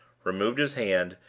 removed his hand,